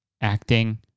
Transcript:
acting